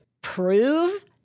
prove